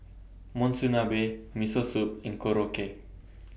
Monsunabe Miso Soup and Korokke